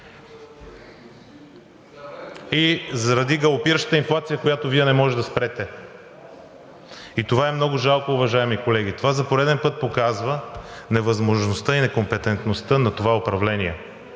и заради галопиращата инфлация, която Вие не можете да спрете. И това е много жалко, уважаеми колеги. Това за пореден път показва невъзможността и некомпетентността на това управление.